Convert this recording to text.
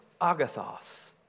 Agathos